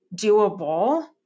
doable